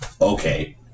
Okay